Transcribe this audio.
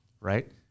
right